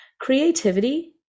Creativity